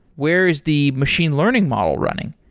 where is the machine learning model running?